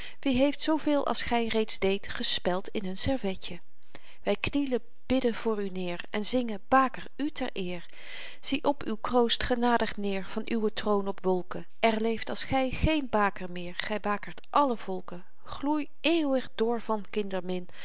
wie heeft zooveel als gij reeds deedt gespeld in een servetje wij knielen bidden voor u neer en zingen baker u ter eer zie op uw kroost genadig neer van uwen troon op wolken er leeft als gij geen baker meer gij bakert alle volken gloei eeuwig door van kindermin